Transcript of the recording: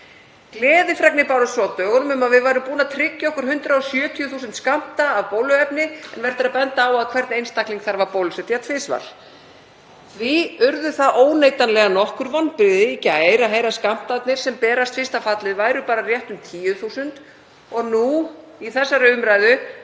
Gleðifregnir bárust svo á dögunum um að við værum búin að tryggja okkur 170.000 skammta af bóluefni, en vert er að benda á að hvern einstakling þarf að bólusetja tvisvar. Því urðu það óneitanlega nokkur vonbrigði í gær að heyra að skammtarnir sem berast fyrsta fallið yrðu bara rétt um 10.000. Og nú í þessari umræðu,